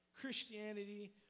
Christianity